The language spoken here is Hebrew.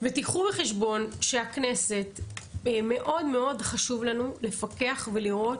ותיקחו בחשבון שהכנסת מאוד חשוב לנו לפקח ולראות